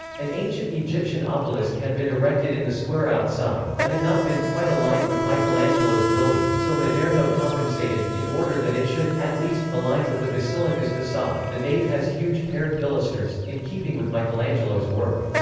an ancient egyptian obelisk had been erected in the square outside, but had not been quite aligned with michelangelo's building, so maderno compensated, in order that it should, at least, align with the basilica's facade the nave has huge paired pilasters, in keeping with michelangelo's work.